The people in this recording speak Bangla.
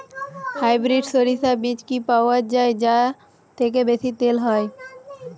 হাইব্রিড শরিষা বীজ কি পাওয়া য়ায় যা থেকে বেশি তেল হয়?